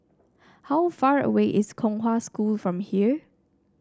how far away is Kong Hwa School from here